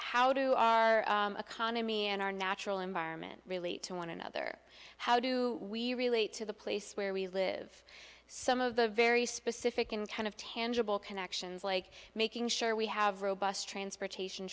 how do our economy and our natural environment relate to one another how do we relate to the place where we live some of the very specific and kind of tangible connections like making sure we have robust transportation